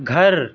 گھر